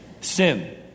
Sin